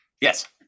Yes